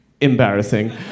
embarrassing